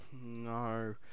No